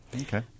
Okay